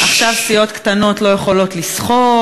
עכשיו סיעות קטנות לא יכולות לסחוט.